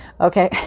Okay